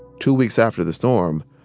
two weeks after the storm,